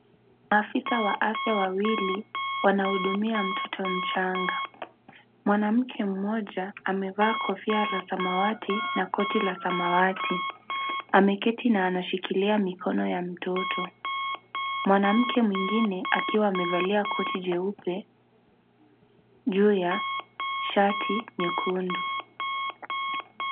Maafisa wa afya wawili wanamhudumia mtoto mchanga , mwanamke mmoja amevaa kofia la samawati na koti la samawati . Ameketi na anashikilia mikono ya mtoto. Mwanamke mwingine akiwa amevalia koti jeupe juu ya shati nyekundu .